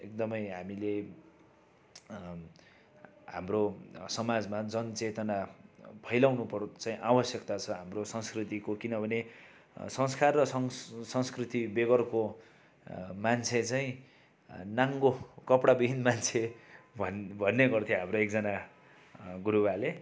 एकदमै हामीले हाम्रो समाजमा जनचेतना फैलाउनु पर् चाहिँ आवश्यकता छ हाम्रो संस्कृतिको किनभने संस्कार र संस संस्कृति बेगरको मान्छे चाहिँ नाङ्गो कपडाविहीन मान्छे भन् भन्ने गर्थ्यो हाम्रो एकजना गुरुबाले